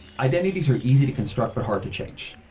identities are easy to construct but hard to change.